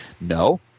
No